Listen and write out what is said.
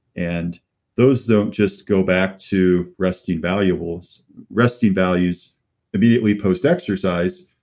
and those don't just go back to resting valuables, resting values immediately post exercise,